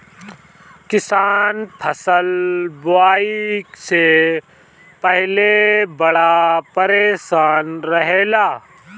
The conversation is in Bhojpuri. किसान फसल बुआई से पहिले बड़ा परेशान रहेला